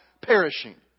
perishing